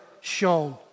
shown